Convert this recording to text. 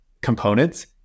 components